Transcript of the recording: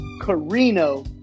Carino